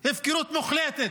הפקרות מוחלטת.